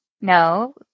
No